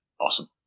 Awesome